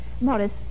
Morris